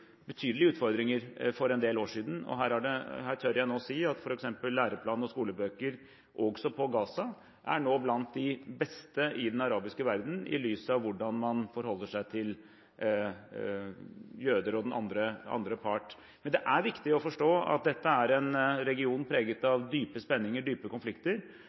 betydelige utfordringer for en del år siden. Her tør jeg nå si at f.eks. læreplan og skolebøker, også på Gaza, er blant de beste i den arabiske verden i lys av hvordan man forholder seg til jøder og den andre part. Men det er viktig å forstå at dette er en region preget av dype spenninger og dype konflikter,